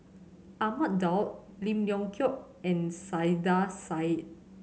Ahmad Daud Lim Leong Geok and Saiedah Said